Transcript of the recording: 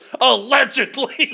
Allegedly